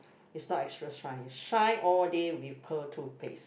it's not extra shine its shine all day with pearl toothpaste